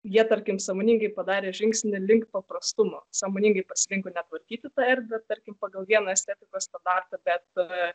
jie tarkim sąmoningai padarė žingsnį link paprastumo sąmoningai pasirinko netvarkyti tą erdvę tarkim pagal vieną estetikos standartą bet